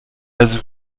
also